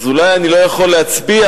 אז אולי אני לא יכול להצביע,